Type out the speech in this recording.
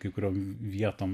kai kuriom vietom